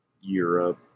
Europe